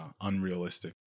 unrealistic